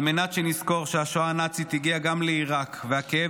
על מנת שנזכור שהשואה הנאצית הגיעה גם לעיראק והכאב